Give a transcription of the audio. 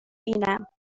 بینم